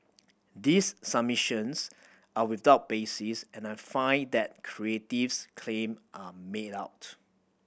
these submissions are without basis and I find that Creative's claim are made out